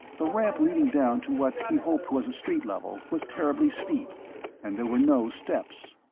the ramp leading down to what he hoped was street level was terribly steep and there were no steps.